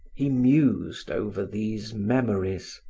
he mused over these memories,